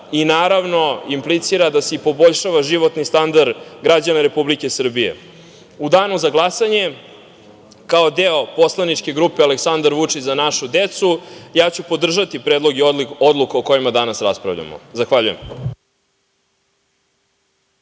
i, naravno, implicira da se i poboljšava životni standard građana Republike Srbije.U danu za glasanje, kao deo poslaničke grupe „Aleksandar Vučić – Za našu decu“, ja ću podržati predloge odluka o kojima danas raspravljamo. Zahvaljujem.